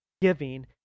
giving